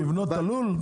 לבנות את הלול?